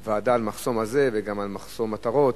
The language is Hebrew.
דיון ועדה על המחסום הזה, וגם על מחסום עטרות